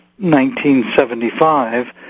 1975